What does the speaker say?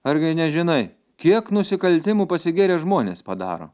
argi nežinai kiek nusikaltimų pasigėrę žmonės padaro